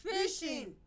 Fishing